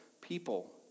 people